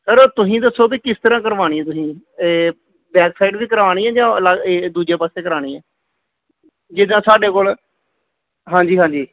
sir ਤੁਸੀਂ ਦੱਸੋ ਵੀ ਕਿਸ ਤਰ੍ਹਾਂ ਕਰਵਾਉਣੀ ਤੁਸੀਂ ਬੈਕ ਸਾਈਡ ਵੀ ਕਰਵਾਉਣੀ ਹੈ ਜਾਂ ਅਲ ਦੂਜੇ ਪਾਸੇ ਕਰਵਾਉਣੀ ਹੈ ਜਿੱਦਾਂ ਸਾਡੇ ਕੋਲ ਹਾਂਜੀ ਹਾਂਜੀ